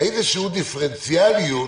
איזשהו דיפרנציאליות